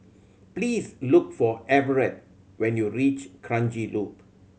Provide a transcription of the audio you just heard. please look for Everette when you reach Kranji Loop